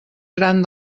gran